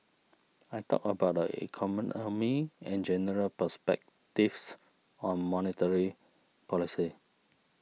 I talked about the economy and general perspectives on monetary policy